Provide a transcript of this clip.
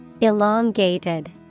Elongated